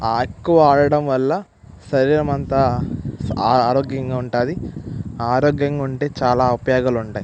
ఆ ఎక్కువ ఆడటంవల్ల శరీరమంతా ఆరోగ్యంగా ఉంటుంది ఆరోగ్యంగా ఉంటే చాలా ఉపయోగాలు ఉంటాయి